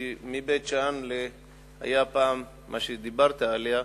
כי מבית-שאן היתה פעם מה שדיברת עליו,